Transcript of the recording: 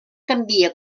canvia